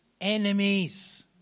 enemies